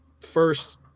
first